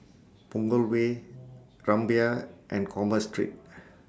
Punggol Way Rumbia and Commerce Street